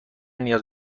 نیاز